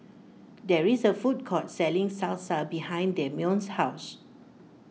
there is a food court selling Salsa behind Dameon's house